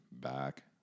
back